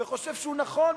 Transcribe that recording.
וחושב שהוא נכון,